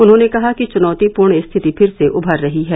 उन्होंने कहा कि चुनौतीपूर्ण स्थिति फिर से उमर रही है